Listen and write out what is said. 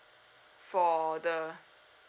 for the